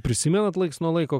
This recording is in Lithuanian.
prisimenat laiks nuo laiko